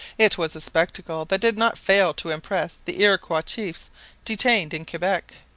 it was a spectacle that did not fail to impress the iroquois chiefs detained in quebec.